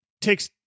takes